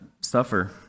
suffer